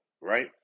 right